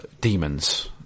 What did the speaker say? demons